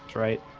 right?